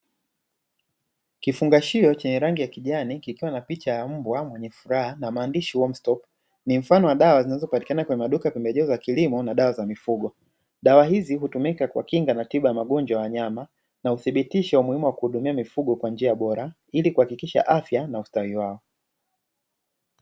Kifungashio chenye rangi ya kijani kikiwa na picha ya mbwa mwenye furaha na maandishi "Worm Stop". Ni mfano wa dawa zinazopatikana kwenye maduka ya pembejeo za kilimo na dawa za mifugo. Dawa hizi hutumika kuwakinga na tiba ya magonjwa ya wanyama, na uthibitisho wa umuhimu kuwahudumia mifugo kwa njia bora, ili kuhakikisha afya na ustawi wao.